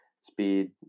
Speed